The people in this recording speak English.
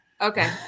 Okay